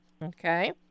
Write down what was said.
Okay